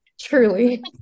Truly